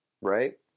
right